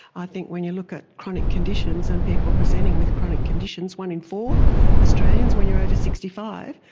i think when you look at chronic conditions and people presenting with chronic conditions, one in four australians when you are over sixty five,